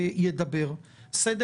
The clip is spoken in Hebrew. חברת הכנסת דיסטל אטבריאן, חברת הכנסת לסקי.